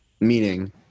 meaning